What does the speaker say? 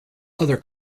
other